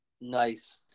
Nice